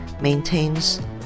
maintains